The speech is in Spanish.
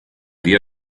día